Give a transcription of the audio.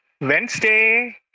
Wednesday